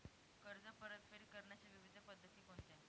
कर्ज परतफेड करण्याच्या विविध पद्धती कोणत्या?